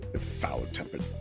Foul-tempered